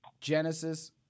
Genesis